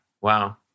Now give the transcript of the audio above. Wow